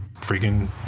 freaking